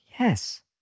Yes